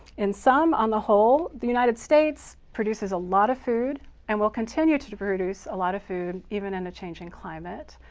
in sum, on the whole, the united states produces a lot of food and will continue to to produce a lot of food, even in a changing climate.